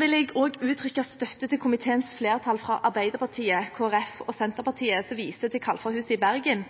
vil jeg uttrykke støtte til komiteens flertall fra Arbeiderpartiet, Kristelig Folkeparti og Senterpartiet, som viser til Kalfarhuset i Bergen